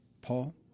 Paul